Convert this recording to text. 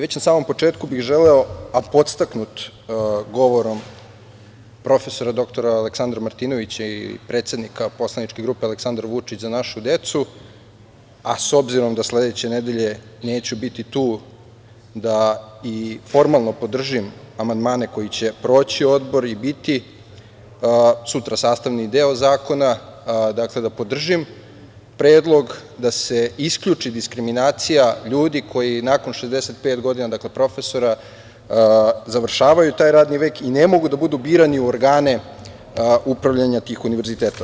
Već na samom početku bih želeo, a podstaknut govorom prof. dr Aleksandra Martinovića, predsednika poslaničke grupe Aleksandar Vučić – Za našu decu, a s obzirom da sledeće nedelje neću biti tu, da i formalno podržim amandmane koji će proći odbor i biti sutra sastavni deo zakona, dakle, da podržim predlog da se isključi diskriminacija ljudi koji nakon 65 godina, dakle, profesora, završavaju taj radni vek i ne mogu da bude birani u organe upravljanja tih univerziteta.